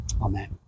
Amen